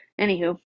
Anywho